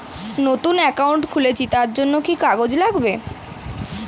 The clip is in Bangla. নতুন অ্যাকাউন্ট খুলছি তার জন্য কি কি কাগজ লাগবে?